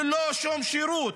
ללא שום שירות,